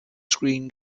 screen